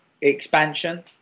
expansion